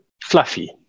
fluffy